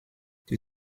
die